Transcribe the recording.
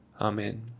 Amen